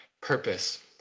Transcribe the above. purpose